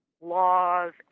laws